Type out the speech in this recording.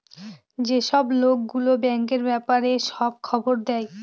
যেসব লোক গুলো ব্যাঙ্কের ব্যাপারে সব খবর দেয়